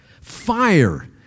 fire